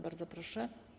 Bardzo proszę.